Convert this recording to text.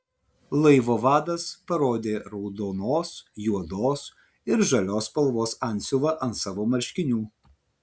laivo vadas parodė raudonos juodos ir žalios spalvos antsiuvą ant savo marškinių